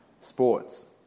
sports